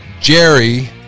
Jerry